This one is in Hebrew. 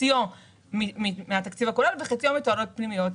חציו מהתקציב הכולל וחציו מתועלות פנימיות.